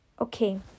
Okay